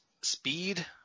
speed